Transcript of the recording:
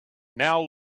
now